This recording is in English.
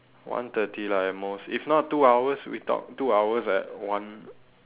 one thirty lah at most if not two hours we talk two hours like one